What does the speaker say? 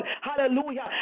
Hallelujah